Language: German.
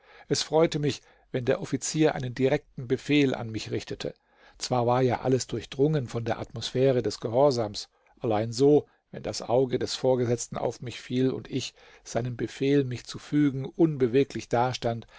es freute mich wenn der offizier einen direkten befehl an mich richtete zwar war ja alles durchdrungen von der atmosphäre des gehorsams allein so wenn das auge des vorgesetzten auf mich fiel und ich seinem befehl mich zu fügen unbeweglich dastand